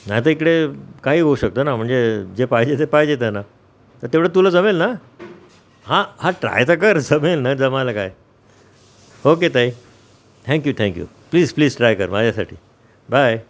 नाही तर इकडे काही होऊ शकतं ना म्हणजे जे पाहिजे ते पाहिजे त्याना तर तेवढं तुला जमेल ना हां हां ट्राय तर कर जमेल ना जमायला काय ओके ताई thank you thank you please please try कर माझ्यासाठी बाय